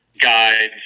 guides